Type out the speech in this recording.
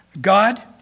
God